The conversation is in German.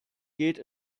geht